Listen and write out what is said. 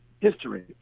history